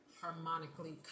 harmonically